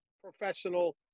professional